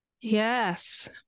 Yes